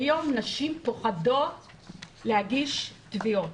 כיום, נשים פוחדות להגיש תביעות.